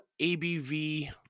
ABV